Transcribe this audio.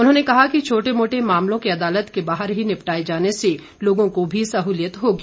उन्होंने कहा कि छोटे मोटे मामलों के अदालत के बाहर ही निपटाए जाने से लोगों को भी सहुलियत होगी